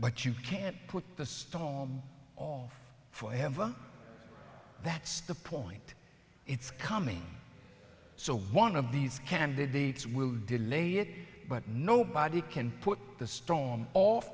but you can't put the storm all for ever that's the point it's coming so one of these candidates will delay it but nobody can put the storm off